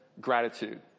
gratitude